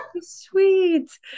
sweet